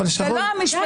ולא המשפטית,